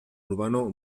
urbano